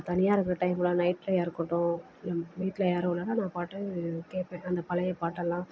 நான் தனியாக இருக்க டைம்லாம் நைட்லையா இருக்கட்டும் வீட்டில் யாரும் இல்லைனா நான் பாட்டு கேட்பேன் அந்த பழைய பாட்டெல்லாம்